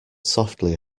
softly